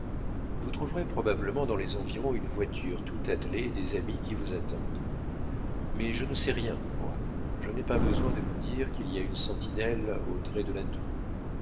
vous trouverez probablement dans les environs une voiture tout attelée et des amis qui vous attendent mais je ne sais rien moi je n'ai pas besoin de vous dire qu'il y a une sentinelle au dret de la tour